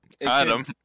Adam